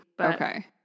Okay